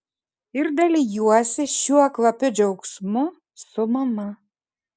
ir dalijuosi šiuo kvapiu džiaugsmu su mama